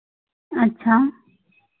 अच्छा